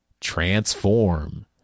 transform